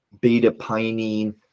beta-pinene